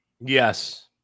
yes